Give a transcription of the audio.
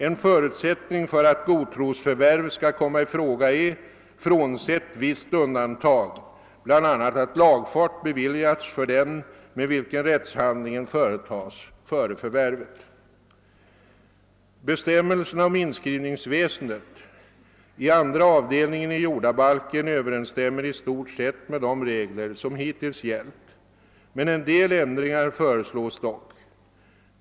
En förutsättning för att godtrosförvärv skall komma i fråga är, frånsett visst undantag, bl.a. att lagfart beviljats för den med vilken rättshandlingen företas före förvärvet. Bestämmelserna om inskrivningsväsendet i andra avdelningen i jordabalken överensstämmer i stort sett med de regler som hittills funnits. En del ändringar föreslås dock.